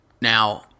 now